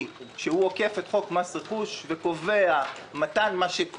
שעוקף את חוק מס רכוש וקובע מתן כסף.